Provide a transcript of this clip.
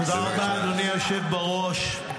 תודה רבה, אדוני היושב בראש.